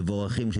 הם מבורכים.